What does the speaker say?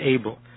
able